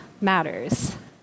matters